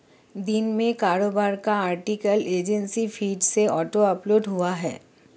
दिन में कारोबार का आर्टिकल एजेंसी फीड से ऑटो अपलोड हुआ है